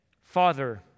Father